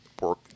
work